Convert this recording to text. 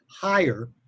higher